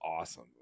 awesome